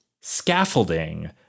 scaffolding